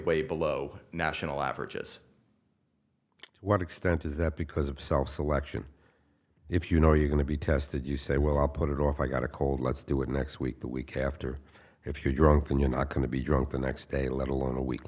way below national averages what extent is that because of self selection if you know you're going to be tested you say well i'll put it off i've got a cold let's do it next week the week after if you're drunk and you're not going to be drunk the next day let alone a week